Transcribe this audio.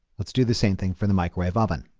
let's do the same thing for the microwave oven.